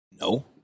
No